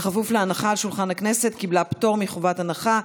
בכפוף להנחה על שולחן הכנסת קיבלה פטור מחובת הנחה.